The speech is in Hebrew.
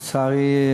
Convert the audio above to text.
לצערי,